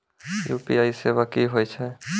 UPI सेवा की होय छै?